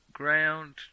ground